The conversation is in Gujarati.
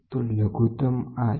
તો લઘુત્તમ આ છે